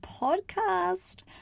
podcast